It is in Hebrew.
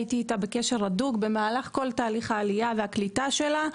הייתי איתה בקשר הדוק במהלך כל תהליך העלייה והקליטה שלה,